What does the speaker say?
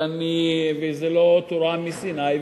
וזו לא תורה מסיני,